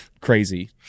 crazy